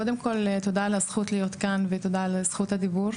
אז קודם כל תודה רבה על הזכות להיות כאן ותודה על זכות הדיבור.